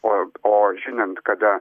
o o žinant kada